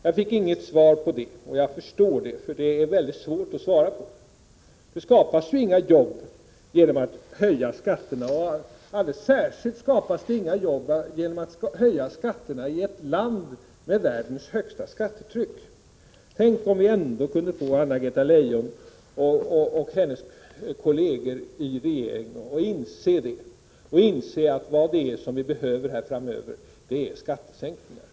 Jag fick inget svar på det, och jag förstår det, för den frågan är väldigt svår att svara på. Man skapar ju inga jobb genom att höja skatterna. Alldeles särskilt skapas det inga jobb genom att skatterna höjs i ett land med världens högsta skattetryck. Tänk, om vi ändå kunde få Anna-Greta Leijon och hennes kolleger i regeringen att inse det och inse att vad vi behöver framöver är skattesänkningar.